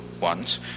ones